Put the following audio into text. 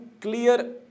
clear